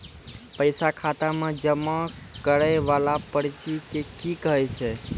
पैसा खाता मे जमा करैय वाला पर्ची के की कहेय छै?